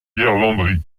landry